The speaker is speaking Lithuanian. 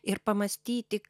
ir pamąstyti